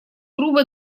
грубо